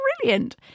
brilliant